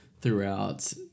throughout